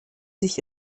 sich